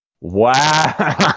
Wow